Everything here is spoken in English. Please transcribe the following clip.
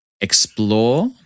explore